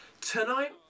Tonight